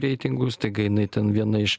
reitingų staiga jinai ten viena iš